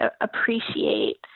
appreciate